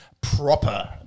proper